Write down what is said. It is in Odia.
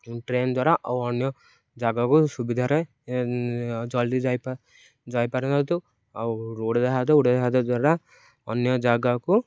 ଟ୍ରେନ ଦ୍ୱାରା ଆଉ ଅନ୍ୟ ଜାଗାକୁ ସୁବିଧାରେ ଜଲ୍ଦି ଯାଇ ଯାଇପାରନ୍ତୁ ଆଉ ଉଡ଼ାଜାହଜ ଉଡ଼ାଜାହଜ ଦ୍ୱାରା ଅନ୍ୟ ଜାଗାକୁ